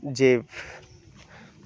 যে